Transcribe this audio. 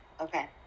okay